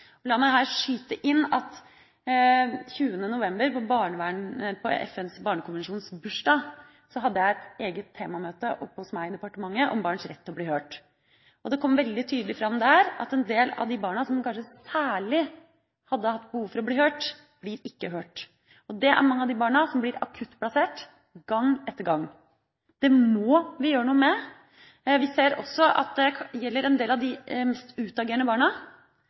La meg her skyte inn at den 20. november, på FNs barnekonvensjons bursdag, hadde jeg et eget temamøte oppe hos meg i departementet om barns rett til å bli hørt. Det kom veldig tydelig fram der at en del av de barna som kanskje særlig hadde hatt behov for å bli hørt, ikke blir hørt. Det er mange av de barna som blir akuttplassert gang etter gang. Det må vi gjøre noe med. Vi ser også at det gjelder en del av de mest utagerende barna.